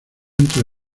entre